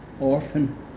orphan